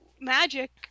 magic